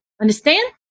Understand